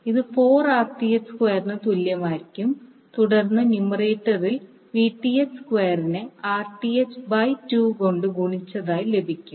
ഇത് 4Rth സ്ക്വയറിന് തുല്യമായിരിക്കും തുടർന്ന് ന്യൂമറേറ്ററിൽ Vth സ്ക്വയറിനെ Rth 2 കൊണ്ട് ഗുണിച്ചതായി ലഭിക്കും